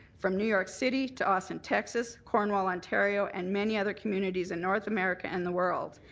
from new york city to austin, texas, cornwall, ontario and many other communities in north america and the world,